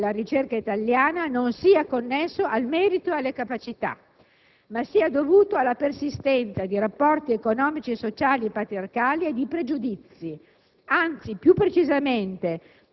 che l'attuale squilibrio di genere nella ricerca italiana non sia connesso al merito e alle capacità, ma sia dovuto alla persistenza di rapporti economici e sociali patriarcali e di pregiudizi,